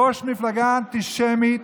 ראש מפלגה אנטישמית,